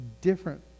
different